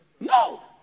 No